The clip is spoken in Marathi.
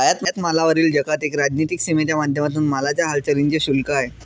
आयात मालावरील जकात एक राजनीतिक सीमेच्या माध्यमातून मालाच्या हालचालींच शुल्क आहे